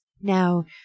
Now